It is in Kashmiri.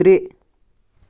ترٛےٚ